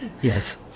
yes